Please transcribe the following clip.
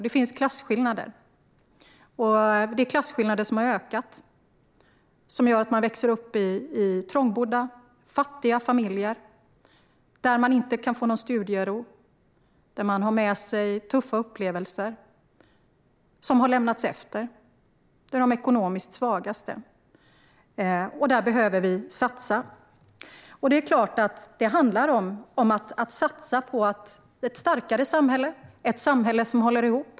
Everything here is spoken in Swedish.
Det finns också klasskillnader, och dessa klassskillnader har ökat. De gör att man växer upp i en trångbodd, fattig familj där man inte kan få någon studiero och där man har med sig tuffa upplevelser som har lämnats efter. Det handlar om de ekonomiskt svagaste. Där behöver vi satsa. Det handlar om att satsa på ett starkare samhälle - ett samhälle som håller ihop.